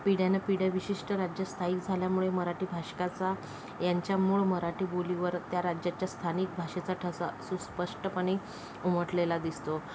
पिढ्यानपिढ्या विशिष्ट राज्य स्थाईक झाल्यामुळे मराठी भाषिकाचा यांच्या मूळ मराठी बोलीवर त्या राज्याच्या स्थानिक भाषेचा ठसा सुस्पष्टपणे उमटलेला दिसतो